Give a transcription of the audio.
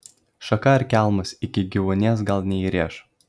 šaka ar kelmas iki gyvuonies gal neįrėš